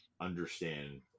understand